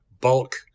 bulk